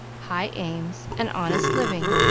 high aims, and honest living.